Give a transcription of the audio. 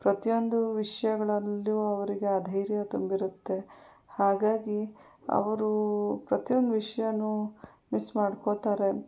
ಪ್ರತಿಯೊಂದು ವಿಷಯಗಳಲ್ಲೂ ಅವರಿಗೆ ಆ ಧೈರ್ಯ ತುಂಬಿರುತ್ತೆ ಹಾಗಾಗಿ ಅವರು ಪ್ರತಿಯೊಂದು ವಿಷಯಾನು ಮಿಸ್ ಮಾಡ್ಕೊತಾರೆ